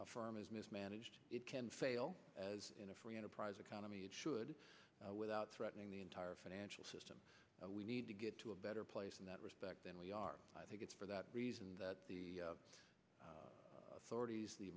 a firm is mismanaged it can fail as in a free enterprise economy it should without threatening the entire financial system we need to get to a better place in that respect than we are i think it's for that reason that the authorities the